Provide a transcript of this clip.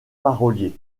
parolier